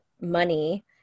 money